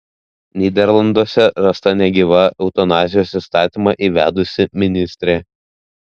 nyderlanduose rasta negyva eutanazijos įstatymą įvedusi ministrė